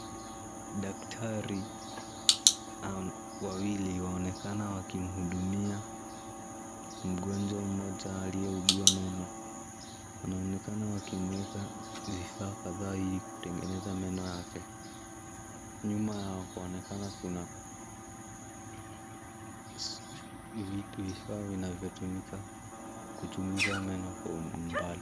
Daktari wawili waonekana wakimhudumia mgonjwa mmoja aliyeugua meno. Wanaonekana wakimuweka vifaa kadhaa ili kutengeneza meno yake. Nyuma yao kunaonekana kuna vifaa vinavyotumika kuchunguza meno kwa umbali.